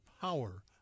power